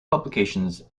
publications